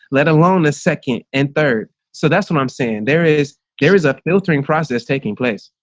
let alone the second and third. so that's what i'm saying there is there is a filtering process taking place.